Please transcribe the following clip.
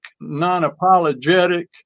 non-apologetic